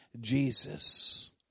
Jesus